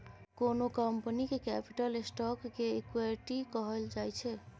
कोनो कंपनीक capital stock केँ इक्विटी कहल जाइ छै